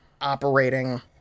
operating